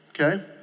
okay